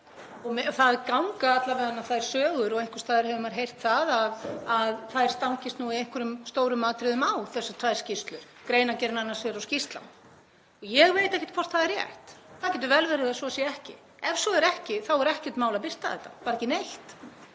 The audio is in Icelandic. Það ganga alla vega þær sögur og einhvers staðar hefur maður heyrt að þær stangist í einhverjum stórum atriðum á, þessar tvær skýrslur, greinargerðin annars vegar og skýrslan hins vegar. Ég veit ekki hvort það er rétt, það getur vel verið að svo sé ekki. Ef svo er ekki þá er ekkert mál að birta þetta, bara ekki neitt.